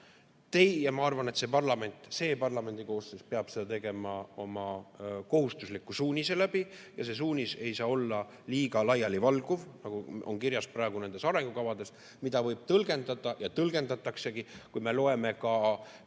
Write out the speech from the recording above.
tahe. Ma arvan, et see parlamendikoosseis peab seda tegema oma kohustusliku suunise abil, ja see suunis ei saa olla liiga laialivalguv, nagu on kirjas praegu nendes arengukavades, mida võib tõlgendada ja tõlgendataksegi. Kui me loeme